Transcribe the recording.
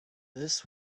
this